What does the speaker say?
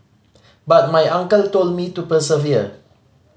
but my uncle told me to persevere